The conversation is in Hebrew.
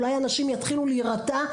ואולי אנשים יתחילו להירתע.